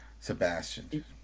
Sebastian